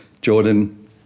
Jordan